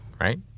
right